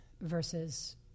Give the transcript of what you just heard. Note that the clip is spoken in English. versus